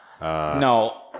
No